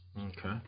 okay